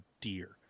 deer